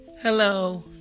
Hello